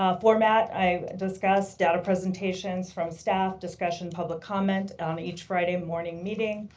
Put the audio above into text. ah format, i discussed. data presentations from staff. discussion public comment on each friday morning meeting.